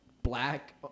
Black